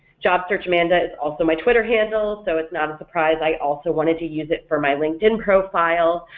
job search amanda is also my twitter handle so it's not a surprise i also wanted to use it for my linkedin profile,